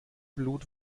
blut